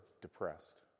depressed